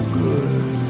good